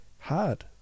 hard